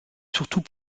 surtout